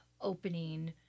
opening